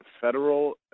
federal